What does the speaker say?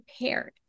prepared